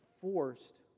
forced